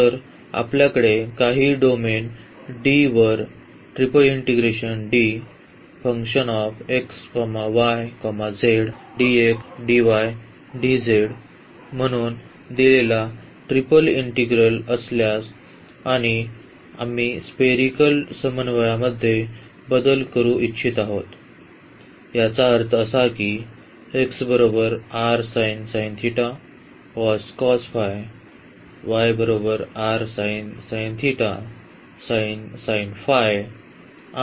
तर आपल्याकडे काही डोमेन d वर म्हणून दिलेला ट्रिपल इंटीग्रल असल्यास आणि आम्ही स्पेरीकलच्या समन्वयामध्ये बदल करू इच्छित आहोत याचा अर्थ असा की आणि